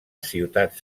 ciutat